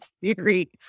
theory